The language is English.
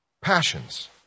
Passions